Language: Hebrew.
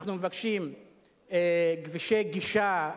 אנחנו מבקשים כבישי גישה,